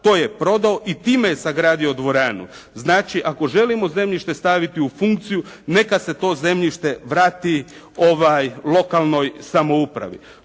to je prodao i time je sagradio dvoranu. Znači ako želimo zemljište staviti u funkciju neka se to zemljište vrati lokalnoj samoupravi.